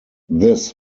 this